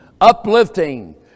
uplifting